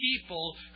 people